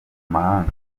mahanga